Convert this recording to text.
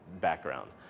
background